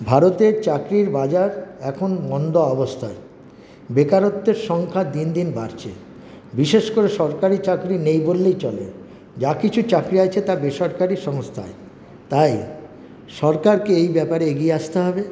ভারতের চাকরির বাজার এখন মন্দা অবস্থায় বেকারত্বের সংখ্যা দিন দিন বাড়ছে বিশেষ করে সরকারি চাকরি নেই বললেই চলে যা কিছু চাকরি আছে তা বেসরকারি সংস্থায় তাই সরকারকে এই ব্যাপারে এগিয়ে আসতে হবে